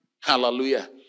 Hallelujah